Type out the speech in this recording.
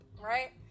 right